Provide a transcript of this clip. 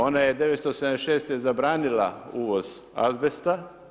Ona je 976. zabranila uvoz azbesta.